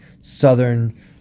southern